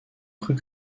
crut